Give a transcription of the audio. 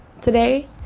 today